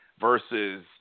versus